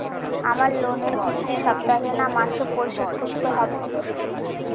আমার লোনের কিস্তি সপ্তাহে না মাসে পরিশোধ করতে হবে?